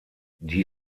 die